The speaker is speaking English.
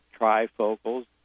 trifocals